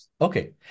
Okay